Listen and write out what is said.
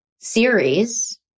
series